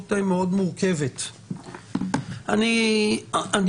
אני חושב שאנחנו חיים במציאות מאוד מורכבת.